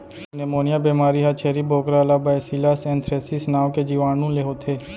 pneumonia बेमारी ह छेरी बोकरा ला बैसिलस एंथ्रेसिस नांव के जीवानु ले होथे